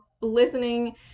listening